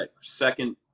second